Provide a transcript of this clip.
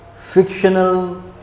Fictional